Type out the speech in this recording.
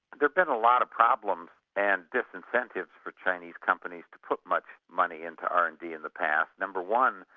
there's been a lot of problems and disincentives for chinese companies to put much money into r and d in the past. number one,